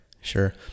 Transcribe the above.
Sure